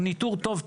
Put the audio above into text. הוא ניתור טוב.